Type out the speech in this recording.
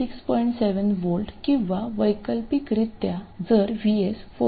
7V किंवा वैकल्पिकरित्या जर VS 4